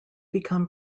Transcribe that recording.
become